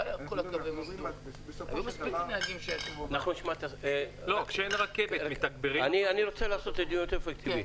היו מספיק נהגים --- אני רוצה לעשות דיון אפקטיבי.